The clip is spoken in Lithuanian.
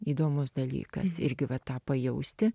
įdomus dalykas irgi va tą pajausti